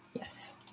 Yes